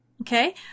Okay